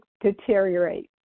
deteriorate